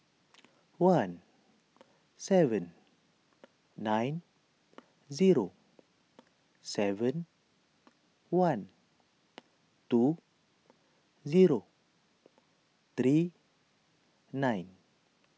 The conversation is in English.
one seven nine zero seven one two zero three nine